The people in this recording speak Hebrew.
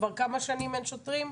כבר כמה שנים אין שוטרים?